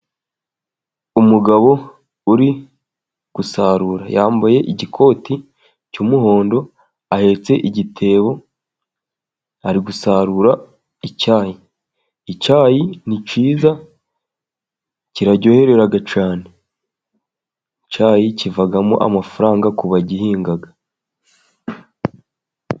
Umugabo uri gusarura yambaye igikoti cy'umuhondo, ahetse igitebo ari gusarura icyayi. Icyayi ni cyiza kiraryoherera cyane. Icyayi kivamo amafaranga ku bagihinga.